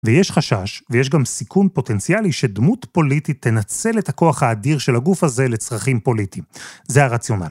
ויש חשש, ויש גם סיכון פוטנציאלי, שדמות פוליטית תנצל את הכוח האדיר של הגוף הזה לצרכים פוליטיים. זה הראציונל.